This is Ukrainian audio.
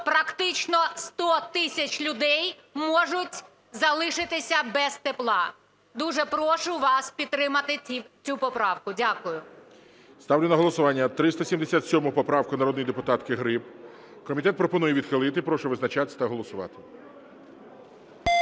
практично 100 тисяч людей можуть залишитися без тепла. Дуже прошу вас підтримати цю поправку. Дякую. ГОЛОВУЮЧИЙ. Ставлю на голосування 377 поправку народної депутатки Гриб. Комітет пропонує відхилити. Прошу визначатись та голосувати.